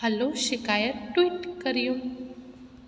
हलो शिकाइत ट्वीट करियूं